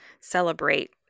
celebrate